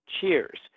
cheers